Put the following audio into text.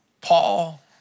Paul